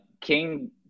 King